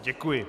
Děkuji.